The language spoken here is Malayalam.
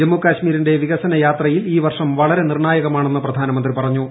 ജമ്മുകശ്മീരിന്റെ വികസനയാത്രയിൽ ഈ വർഷം വളരെ നിർണ്ണായകമാണെന്ന് പ്രധാനമന്ത്രി പറഞ്ഞു